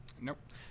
Nope